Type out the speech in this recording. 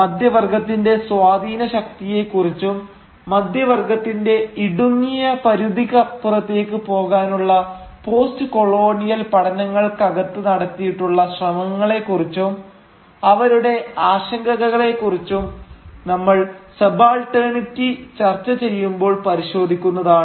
മധ്യവർഗ്ഗത്തിന്റെ സ്വാധീനശക്തിയെക്കുറിച്ചും മധ്യവർഗ്ഗത്തിന്റെ ഇടുങ്ങിയ പരിധിക്കപ്പുറത്തേക്ക് പോകാനുള്ള പോസ്റ്റ് കൊളോണിയൽ പഠനങ്ങൾക്കകത്ത് നടത്തിയിട്ടുള്ള ശ്രമങ്ങളെ കുറിച്ചും അവരുടെ ആശങ്കകളെ കുറിച്ചും നമ്മൾ സബാൽട്ടനിറ്റി ചർച്ച ചെയ്യുമ്പോൾ പരിശോധിക്കുന്നതാണ്